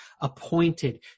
appointed